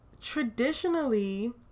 traditionally